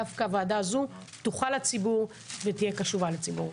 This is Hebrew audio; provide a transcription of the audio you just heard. דווקא הוועדה הזאת פתוחה לציבור ותהיה קשובה לציבור.